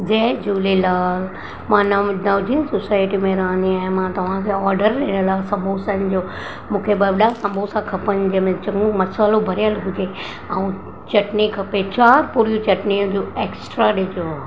जय झूलेलाल मां नमडाउज़िंग सोसाइटी में रहंदी आहियां मां तव्हां जा ऑडर ॾियल आहे समोसनि जो मूंखे घर लाइ समोसा जंहिंमें चङो मसाल्हो भरियल हुजे ऐं चटनी खपे चार पुल चटनीअ जो ऐक्स्ट्रा ॾिजो